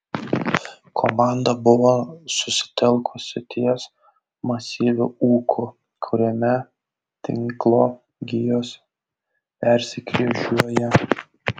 komanda buvo susitelkusi ties masyviu ūku kuriame tinklo gijos persikryžiuoja